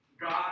God